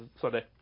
Sunday